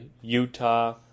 Utah